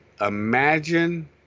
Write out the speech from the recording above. imagine